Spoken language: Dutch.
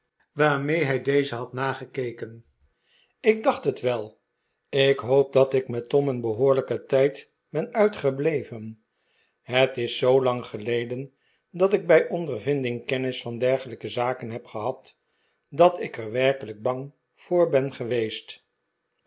waarmee hij dezen had nagekeken ik dacht het wel ik hoop dat ik met tom een behoorlijken tijd ben uitgebleven het is zoolang geleden dat ik bij ondervinding kennis van dergelijke zaken heb gehad dat ik er werkelijk bang voor ben geweest